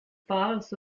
bars